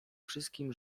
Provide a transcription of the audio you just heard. wszystkim